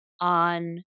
on